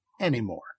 anymore